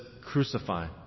crucify